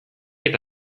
eta